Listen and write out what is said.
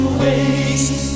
waste